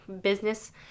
business